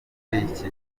y’iki